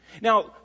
Now